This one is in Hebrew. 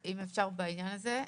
אם אפשר בעניין הזה,